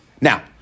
Now